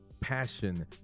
passion